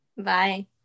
Bye